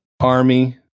army